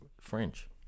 French